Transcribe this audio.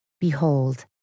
Behold